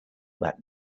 that